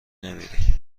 نمیری